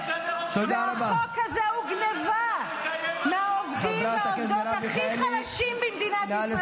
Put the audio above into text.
והחוק הזה הוא גנבה מהעובדים והעובדות הכי חלשים במדינת ישראל.